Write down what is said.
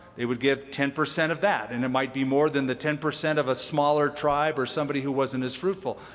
they would give ten percent of that. and it might be more than the ten percent of a smaller tribe or somebody who wasn't as fruitful.